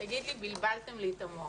תגיד לי, בלבלתם לי את המוח.